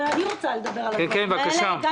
אבל אני רוצה לדבר על הדברים האלה גם